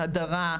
הדרה,